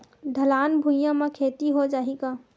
ढलान भुइयां म खेती हो जाही का?